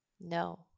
No